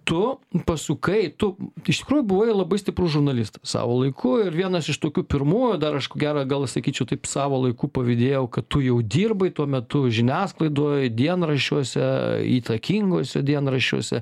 tu pasukai tu iš tikrųjų buvo labai stiprus žurnalistas savo laiku ir vienas iš tokių pirmųjų dar aš ko gero gal sakyčiau taip savo laiku pavydėjau kad tu jau dirbai tuo metu žiniasklaidoj dienraščiuose įtakinguose dienraščiuose